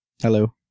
Hello